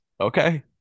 Okay